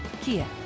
Kia